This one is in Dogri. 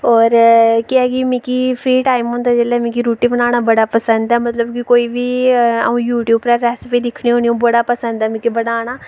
होर केह् ऐ की मिगी फ्री टाईम होंदा जेल्लै ते मिगी रुट्टी बनाना बड़ा पसंद ऐ की कोई बी अ'ऊं यूट्यूब परा रेसिपी दिक्खनी होन्नी ओह् बड़ा पसंद ऐ मिगी बनाना